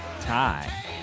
tie